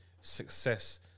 success